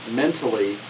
mentally